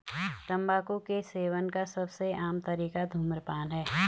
तम्बाकू के सेवन का सबसे आम तरीका धूम्रपान है